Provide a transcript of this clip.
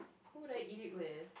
who would I eat it with